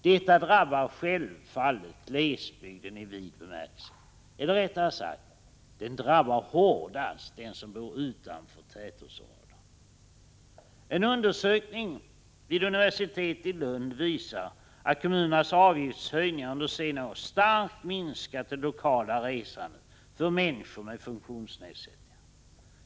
Detta drabbar självfallet glesbygden i vid bemärkelse. Eller rättare sagt: Det drabbar hårdast den som bor utanför tätortsområdena. En undersökning vid universitetet i Lund visar att kommunernas avgiftshöjningar under senare år starkt minskat det lokala resandet för människor med funktionsnedsättningar.